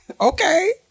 okay